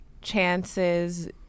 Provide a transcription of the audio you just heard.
Chance's